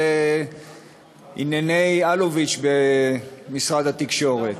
לענייני אלוביץ במשרד התקשורת.